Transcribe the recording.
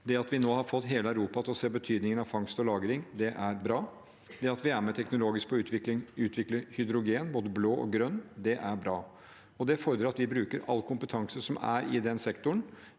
Det at vi har fått hele Europa til å se betydningen av fangst og lagring, er bra. Det at vi er med på teknologisk utvikling og utvikler hydrogen, både blå og grønn, er bra. Det fordrer at vi på veien bruker all kompetanse som er i sektoren,